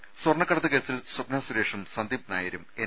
ത സ്വർണ്ണക്കടത്ത് കേസിൽ സ്വപ്ന സുരേഷും സന്ദീപ് നായരും എൻ